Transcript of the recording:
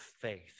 faith